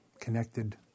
connected